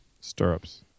Stirrups